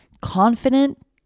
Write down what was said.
confident